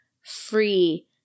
free